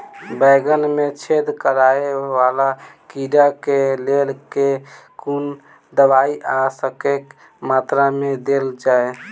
बैंगन मे छेद कराए वला कीड़ा केँ लेल केँ कुन दवाई आ कतेक मात्रा मे देल जाए?